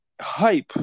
hype